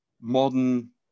modern